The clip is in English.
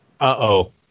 Uh-oh